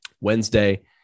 Wednesday